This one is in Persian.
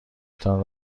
تان